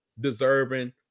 deserving